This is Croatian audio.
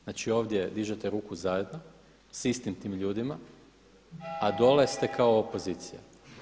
Znači ovdje dižete ruku zajedno s istim tim ljudima, a dole ste kao opozicija.